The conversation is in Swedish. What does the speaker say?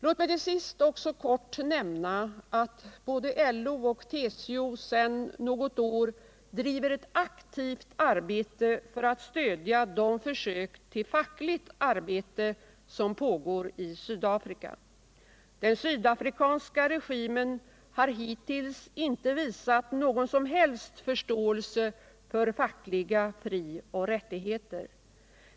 Låt mig till sist också helt kort nämna att både LO och TCO sedan något år tillbaka bedriver ett aktivt arbete för att stödja de försök till fackligt arbete som pågår i Sydafrika. Den sydafrikanska regimen har hittills inte visat någon som helst förståelse för fackliga frioch rättigheter.